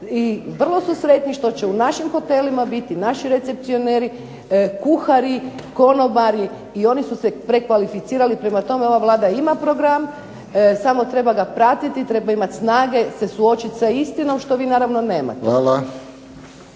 i vrlo su sretni što će u našim hotelima biti naši recepcioneri, kuhari, konobari i oni su prekvalificirali. Prema tome, ova Vlada ima program samo ga treba pratiti, treba imat snage se suočit sa istinom što vi naravno nemate.